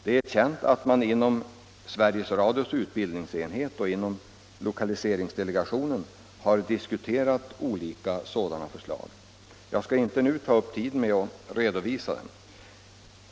Det är känt att man inom Sveriges Radios utbildningsenhet och inom lokaliseringsdelegationen har diskuterat olika sådana förslag. Jag skall inte nu ta upp tid med att redovisa dem.